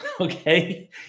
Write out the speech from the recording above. okay